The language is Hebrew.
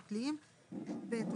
הבאים: שכר יסוד ודמי חופשה.